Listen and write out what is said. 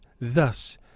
thus